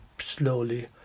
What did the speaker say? slowly